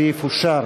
הסעיף אושר.